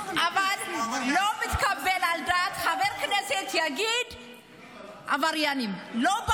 מי שמפעיל סחיטה באיומים, הוא מתנהג כמו עבריין.